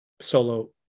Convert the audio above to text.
solo